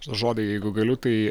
žodį jeigu galiu tai